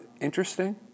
interesting